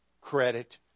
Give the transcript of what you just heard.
credit